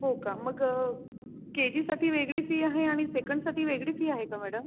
हो का मग के जीसाठी वेगळी फी आहे आणि सेकंडसाठी वेगळी फी आहे का मॅडम